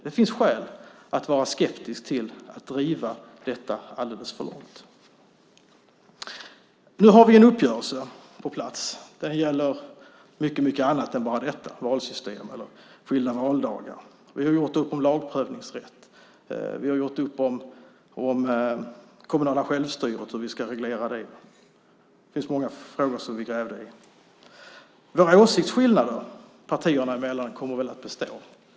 Det finns skäl att vara skeptisk till att detta drivs alldeles för långt. Nu har vi en uppgörelse på plats. Den gäller mycket annat än bara detta - valsystem eller skilda valdagar. Vi har gjort upp om lagprövningsrätt. Vi har gjort upp om hur vi ska reglera det kommunala självstyret. Det finns många frågor som vi har grävt i. Våra åsiktsskillnader partierna emellan kommer säkert att bestå.